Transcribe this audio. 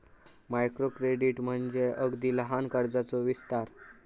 micro credit म्हणजे अगदी लहान कर्जाचो विस्तार